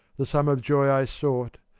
the sum of joy i sought,